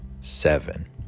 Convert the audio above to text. seven